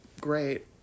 great